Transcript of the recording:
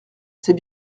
c’est